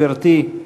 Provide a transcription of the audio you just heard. גברתי,